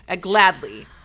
Gladly